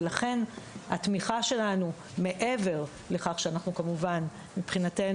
ולכן התמיכה שלנו מעבר לכך שאנחנו מבחינתנו